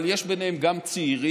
אבל יש ביניהם גם צעירים,